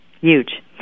Huge